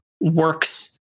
works